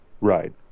Right